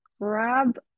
grab